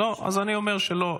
לא, אז אני אומר שלא.